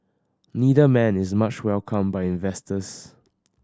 neither man is much welcomed by investors